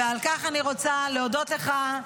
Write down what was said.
ועל כך אני רוצה להודות לך,